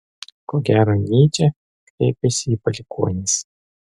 ko gero nyčė kreipiasi į palikuonis